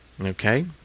Okay